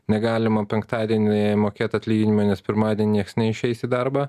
negalima penktadienį mokėt atlyginimą nes pirmadien niekas neišeis į darbą